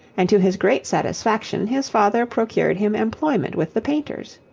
and to his great satisfaction his father procured him employment with the painters.